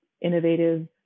innovative